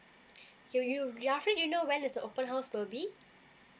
do you you roughly you know when is the open house will be